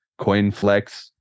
Coinflex